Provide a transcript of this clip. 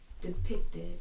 depicted